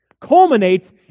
culminates